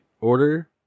Order